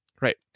Right